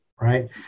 right